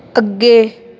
ਅੱਗੇ